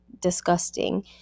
disgusting